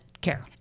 care